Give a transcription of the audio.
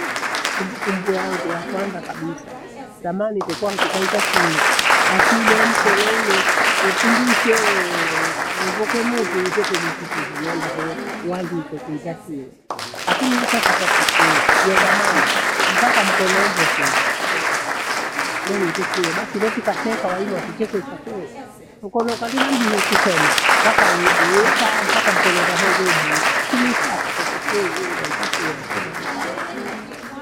Kumbukumbu yangu yakwanza kabisaa. Zamani tekwaa mtu kaitwa shule, basi due mkono ule upindishee uwongoke muthi utete nifikie henenda hoo waalikwe kunta shule. Lakini mimi sasa tashukuru, yazamani mpaka mkono uhokie uku ivi, neuite shule basi netikaseka walimu watuchekesha kweli. Mkono ukateta mji kusoma mpaka uwe- uyemkaya mpaka mkono huende hao njia ibue. Lakini hii sasa tashukuru wana waitekuya soma mitana.